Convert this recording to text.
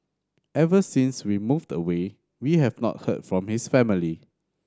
ever since we moved away we have not heard from his family